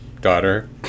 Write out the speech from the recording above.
Daughter